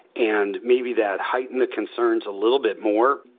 and maybe that heightened the concerns a little bit more.